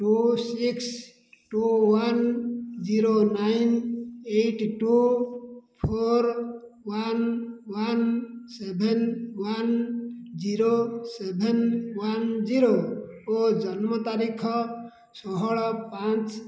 two six two one zero nine eight two four one one seven one zero seven one zero ଓ ଜନ୍ମ ତାରିଖ ଷୋହଳ ପାଞ୍ଚ